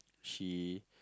she